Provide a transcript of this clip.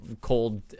cold